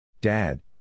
Dad